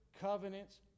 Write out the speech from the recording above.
covenants